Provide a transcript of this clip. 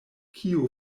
kio